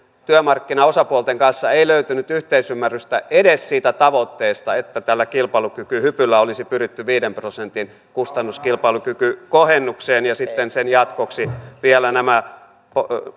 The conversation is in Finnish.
työmarkkinaosapuolten kanssa ei löytynyt yhteisymmärrystä edes siitä tavoitteesta että tällä kilpailukykyhypyllä olisi pyritty viiden prosentin kustannuskilpailukykykohennukseen ja sitten sen jatkoksi olisi vielä nämä